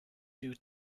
due